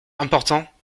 important